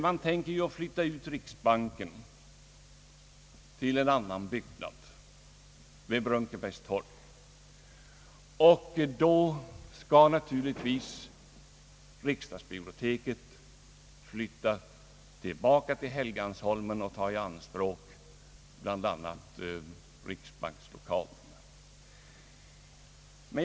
Det är ju meningen att flytta ut riksbanken till en annan byggnad, vid Brunkebergstorg, och då skall naturligtvis riksdagsbiblioteket flytta tillbaka till Helgeandsholmen och ta i anspråk bla. riksbankslokalerna.